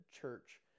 church